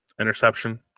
interception